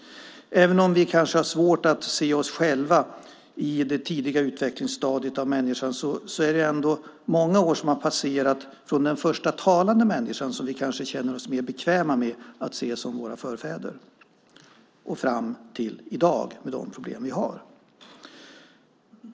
Även om vi kanske har svårt att se oss själva i det tidiga utvecklingsstadiet av människan är det ändå många år som har passerat från de första talande människorna, som vi kanske känner oss mer bekväma med att se som våra förfäder, och fram till i dag med de problem vi har.